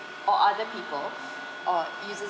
or other people or uses